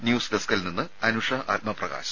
news ഡസ്ക്കിൽ നിന്ന് അനുഷ ആത്മപ്രകാശ്